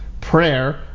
prayer